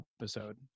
episode